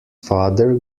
father